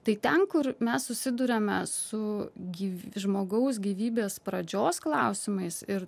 tai ten kur mes susiduriame su žmogaus gyvybės pradžios klausimais ir